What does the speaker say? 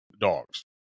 dogs